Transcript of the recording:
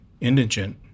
indigent